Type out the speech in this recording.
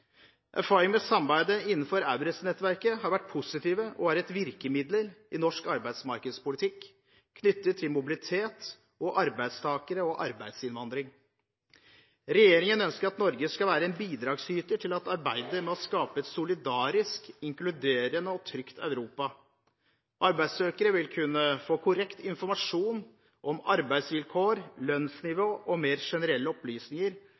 med samarbeidet innenfor EURES-nettverket har vært positive og er et virkemiddel i norsk arbeidsmarkedspolitikk knyttet til mobilitet og arbeidstakere og arbeidsinnvandring. Regjeringen ønsker at Norge skal være en bidragsyter til arbeidet med å skape et solidarisk, inkluderende og trygt Europa. Arbeidssøkere vil kunne få korrekt informasjon om arbeidsvilkår, lønnsnivå og mer generelle opplysninger